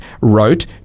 wrote